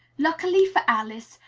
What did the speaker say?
luckily for alice,